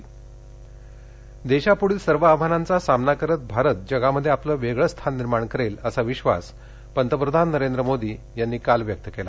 पंतप्रधान देशाप्रढील सर्व आव्हानांचा सामना करत भारत जगामध्ये आपलं वेगळ स्थान निर्माण करेल असा विश्वास पंतप्रधान नरेंद्र मोदी यांनी काल व्यक्त केला